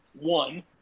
one